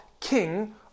king